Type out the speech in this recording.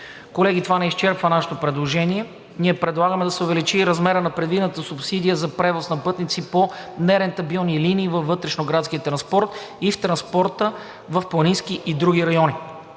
Колеги, това не изчерпва нашето предложение. Ние предлагаме да се увеличи и размерът на предвидената субсидия за превоз на пътници по нерентабилни линии във вътрешноградския транспорт, и в транспорта в планински и други райони.